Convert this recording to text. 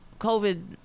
COVID